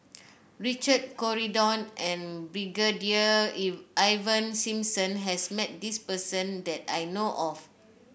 Richard Corridon and Brigadier Ivan Simson has met this person that I know of